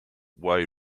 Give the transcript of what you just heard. while